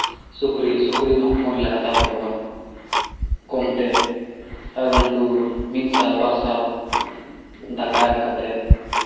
ᱥᱩᱠᱨᱤ ᱥᱩᱠᱨᱤ ᱦᱚᱸ ᱦᱚᱯᱚᱱ ᱞᱮ ᱦᱟᱛᱟᱣ ᱠᱟᱠᱚᱣᱟ ᱠᱚᱢ ᱛᱮ ᱟᱨ ᱩᱱᱠᱩ ᱢᱤᱫ ᱥᱟᱞ ᱵᱟᱨ ᱥᱟᱞ ᱫᱟᱠᱟ ᱮᱢ ᱠᱟᱛᱮᱫ